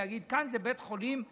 ולהגיד: כאן זה בית חולים אנגלי,